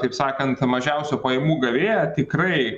taip sakant mažiausio pajamų gavėją tikrai